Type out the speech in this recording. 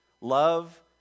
Love